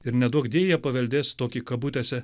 ir neduokdie jie paveldės tokį kabutėse